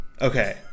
Okay